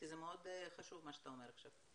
כי זה מאוד חשוב מה שאתה אומר עכשיו.